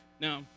Now